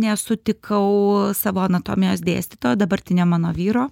nesutikau savo anatomijos dėstytojo dabartinio mano vyro